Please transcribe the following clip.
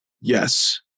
Yes